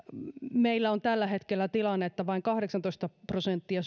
meillä on tällä hetkellä tilanne että vain kahdeksantoista prosenttia